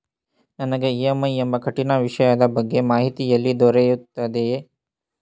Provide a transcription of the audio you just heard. ನನಗೆ ಇ.ಎಂ.ಐ ಎಂಬ ಕಠಿಣ ವಿಷಯದ ಬಗ್ಗೆ ಮಾಹಿತಿ ಎಲ್ಲಿ ದೊರೆಯುತ್ತದೆಯೇ?